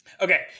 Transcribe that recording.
Okay